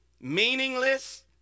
meaningless